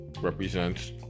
represents